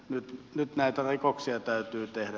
nyt näitä laitoksia täytyy tehdä